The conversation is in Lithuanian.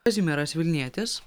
kazimieras vilnietis